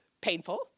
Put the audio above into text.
painful